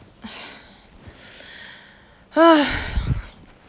ugh